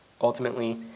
Ultimately